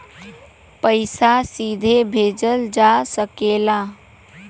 पइसा सीधे भेजल जा सकेला